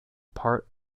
part